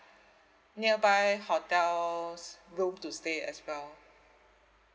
nearby hotels room to stay as well